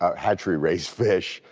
ah hatchery race fish,